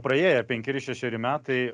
praėję penkeri šešeri metai